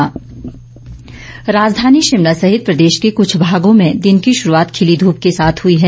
मौसम राजधानी शिमला सहित प्रदेश के कुछ भागों में दिन की शुरूआत खिली धूप के साथ हुई है